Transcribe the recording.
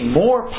more